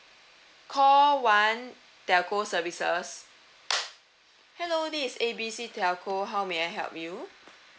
call one telco services hello this is A B C telco how may I help you